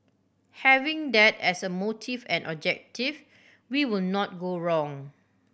having that as a motive and objective we will not go wrong